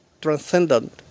transcendent